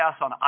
on